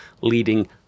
leading